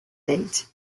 date